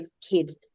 kid